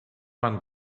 man